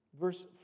Verse